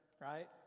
Right